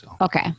Okay